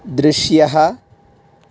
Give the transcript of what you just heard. दृश्यः